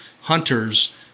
hunter's